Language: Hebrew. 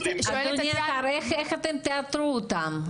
איך אתם תאתרו אותם?